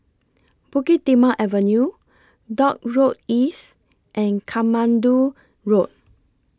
Bukit Timah Avenue Dock Road East and Katmandu Road